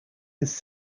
his